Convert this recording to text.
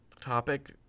topic